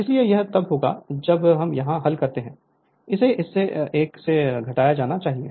इसीलिए यह तब होता है जब हम वहां हल करते हैं इसे इस एक से घटाया जाना चाहिए